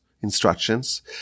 instructions